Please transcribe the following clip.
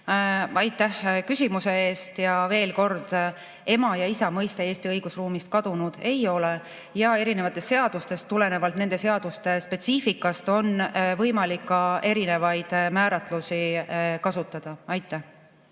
Aitäh küsimuse eest! Veel kord: ema ja isa mõiste Eesti õigusruumist kadunud ei ole ja erinevatest seadustest tulenevalt, seaduste spetsiifikast tulenevalt on võimalik ka erinevaid määratlusi kasutada. Aitäh